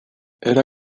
era